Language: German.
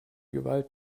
gewalt